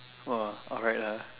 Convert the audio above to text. !wah! alright lah